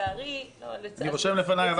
אני רושם לפניי,